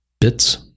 bits